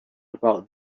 about